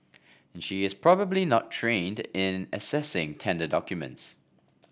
and she is probably not trained in assessing tender documents